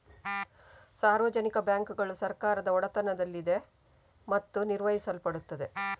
ಸಾರ್ವಜನಿಕ ಬ್ಯಾಂಕುಗಳು ಸರ್ಕಾರಗಳ ಒಡೆತನದಲ್ಲಿದೆ ಮತ್ತು ನಿರ್ವಹಿಸಲ್ಪಡುತ್ತವೆ